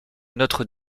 notre